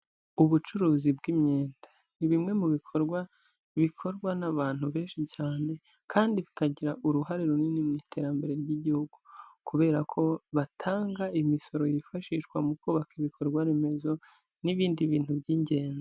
Ubucuruzi bw'imyenda ni bimwe mu bikorwa bikorwa n'abantu benshi cyane kandi bikagira uruhare runini mu iterambere ry'Igihugu, kubera ko batanga imisoro yifashishwa mu kubaka ibikorwa remezo n'ibindi bintu by'ingenzi.